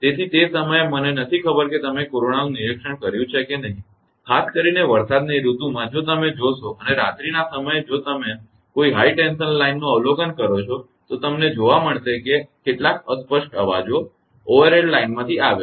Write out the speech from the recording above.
તેથી તે સમયે મને ખબર નથી કે તમે કોરોનાનું નિરિક્ષણ કર્યું છે કે નહીં ખાસ કરીને વરસાદની ઋતુમાં જો તમે જોશો અને રાત્રિના સમયે જો તમે કોઈ હાઇ ટેન્શન લાઇનનું અવલોકન કરો છો તો તમને મળશે કે કેટલાક અસ્પષ્ટ અવાજો ઓવરહેડ લાઇનમાંથી આવે છે